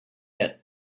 yet